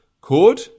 chord